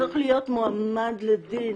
הוא צריך להיות מועמד לדין,